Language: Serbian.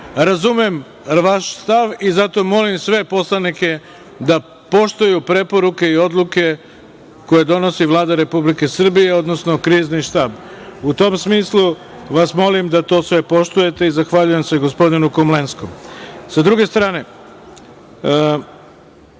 ne. Razumem vaš stav i zato molim sve poslanike da poštuju preporuke i odluke koje donosi Vlada Republike Srbije, odnosno Krizni štab. U tom smislu vas molim da to sve poštujete i zahvaljujem se gospodinu Komlenskom. Sa